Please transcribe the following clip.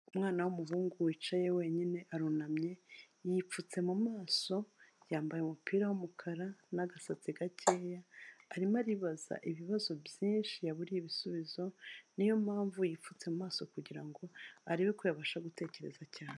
Umwana w'umuhungu wicaye wenyine arunamye, yipfutse mu maso yambaye umupira w'umukara n'agasatsi gakeya arimo aribaza ibibazo byinshi yaburiye ibisubizo, niyo mpamvu yipfutse mu maso kugirango arebe ko yabasha gutekereza cyane.